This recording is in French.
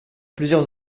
plusieurs